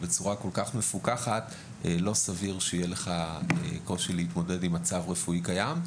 בצורה כל כך מפוקחת לא סביר שיהיה לך קושי להתמודד עם מצב רפואי קיים.